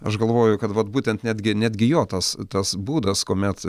aš galvoju kad vat būtent netgi netgi jo tas tas būdas kuomet